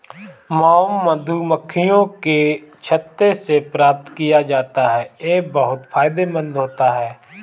mom मधुमक्खियों के छत्ते से प्राप्त किया जाता है यह बहुत फायदेमंद होता है